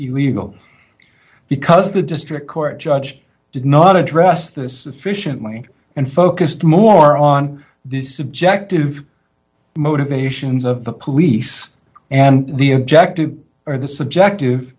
illegal because the district court judge did not address this fish and me and focused more on the subjective motivations of the police and the objective or the subjective